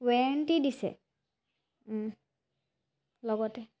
warranty দিছে লগতে